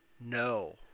no